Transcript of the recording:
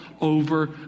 over